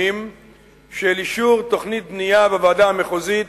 של אישור תוכנית בנייה בוועדה המחוזית,